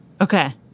Okay